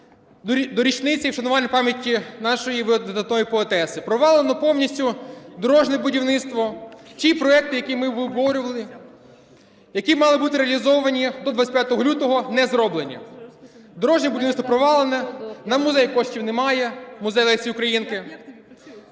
до річниці вшанування пам'яті нашої видатної поетеси. Провалено повністю дорожнє будівництво. Ті проекти, які ми виборювали, які мали бути реалізовані до 25 лютого, не зроблені. Дорожнє будівництво провалене, на музей коштів немає, музей Лесі Українки.